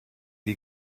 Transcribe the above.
wie